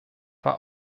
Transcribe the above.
war